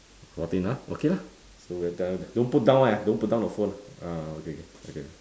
fourteen ah okay lah so we're done with don't put down eh don't put down the phone ah okay okay okay